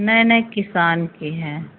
मेहनत किसान की है